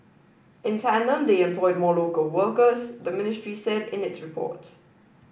in tandem they employed more local workers the ministry said in its report